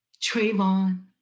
Trayvon